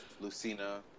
Lucina